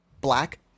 Black